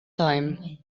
time